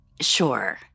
Sure